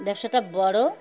ব্যবসাটা বড়ো